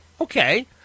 okay